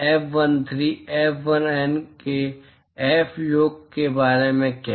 F11 F13 F1N के F योग के बारे में क्या